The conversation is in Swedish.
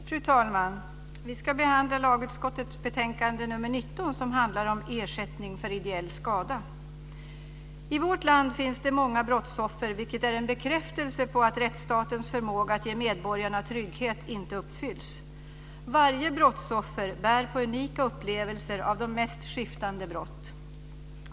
Fru talman! Vi ska behandla lagutskottets betänkande nr 19 som handlar om ersättning för ideell skada. I vårt land finns det många brottsoffer, vilket är en bekräftelse på att rättsstatens förmåga att ge medborgarna trygghet inte uppfylls. Varje brottsoffer bär på unika upplevelser av de mest skiftande brott.